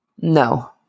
No